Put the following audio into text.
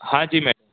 हा जी मैम